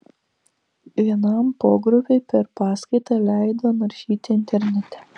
vienam pogrupiui per paskaitą leido naršyti internete